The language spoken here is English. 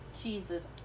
Jesus